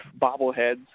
bobbleheads